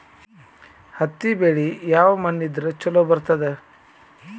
ಹತ್ತಿ ಬೆಳಿ ಯಾವ ಮಣ್ಣ ಇದ್ರ ಛಲೋ ಬರ್ತದ?